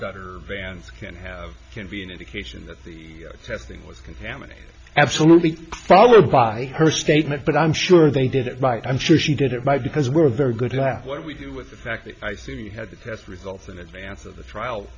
outer bands can have can be an indication that the testing was contaminated absolutely followed by her statement but i'm sure they did it right i'm sure she did it by because we're very good at what we do with the fact that i said you had the test results in advance of the trial